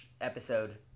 episode